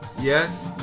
yes